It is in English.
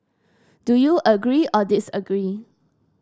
do you agree or disagree